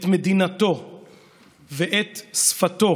את מדינתו ואת שפתו